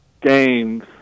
games